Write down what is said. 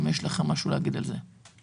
אם יש לכם משהו להגיד על זה.